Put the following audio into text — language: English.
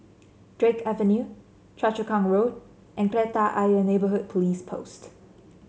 Drake Avenue Choa Chu Kang Road and Kreta Ayer Neighbourhood Police Post